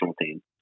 team